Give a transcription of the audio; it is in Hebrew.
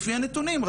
לפי הנתונים,